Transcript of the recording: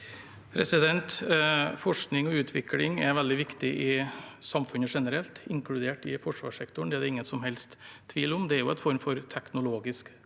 Forskning og utvikling er veldig viktig i samfunnet generelt, inkludert i forsvarssektoren. Det er det ingen som helst tvil om. Det er en form for teknologisk